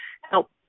help